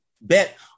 bet